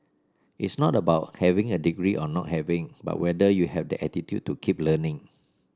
it's not about having a degree or not having but whether you have that attitude to keep learning